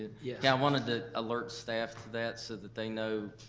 yeah yeah wanted to alert staff to that so that they know,